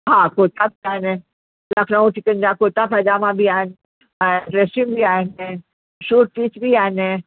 हा कुर्ता बि आहिनि लखनऊ चिकन जा कुर्ता पैजामा बि आहिनि ऐं ड्रैसूं बि आहिनि सूट पीस बि आहिनि